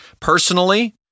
personally